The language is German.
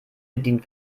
bedient